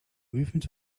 movement